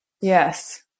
Yes